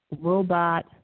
robot